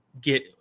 Get